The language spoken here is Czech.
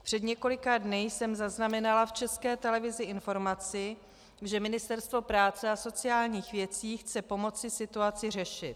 Před několika dny jsem zaznamenala v České televizi informaci, že Ministerstvo práce a sociálních věcí chce pomoci situaci řešit.